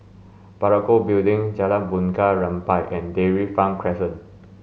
Parakou Building Jalan Bunga Rampai and Dairy Farm Crescent